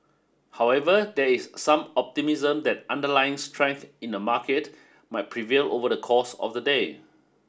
however there is some optimism that underlying strength in the market might prevail over the course of the day